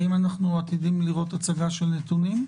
האם אנחנו עתידים לראות הצגה של נתונים?